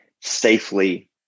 safely